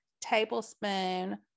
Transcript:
tablespoon